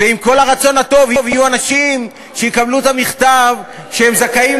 ועם כל הרצון הטוב יהיו אנשים שיקבלו את המכתב שהם זכאים